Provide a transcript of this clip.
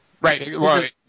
Right